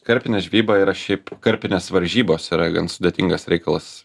karpinė žvejyba yra šiaip karpinės varžybos yra gan sudėtingas reikalas